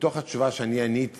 מתוך התשובה שאני עניתי